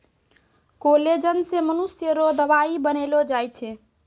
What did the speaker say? collagen से मनुष्य रो दवाई बनैलो जाय छै